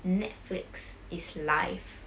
Netflix is life